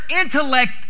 intellect